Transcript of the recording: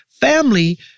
family